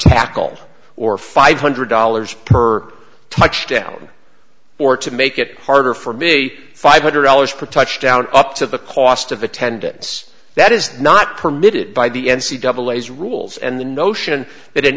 tackle or five hundred dollars per touchdown or to make it harder for me five hundred dollars for touchdown up to the cost of attendance that is not permitted by the n c double a's rules and the notion that